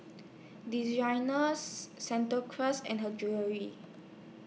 Santa Cruz and Her Jewellery